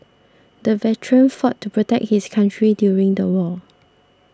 the veteran fought to protect his country during the war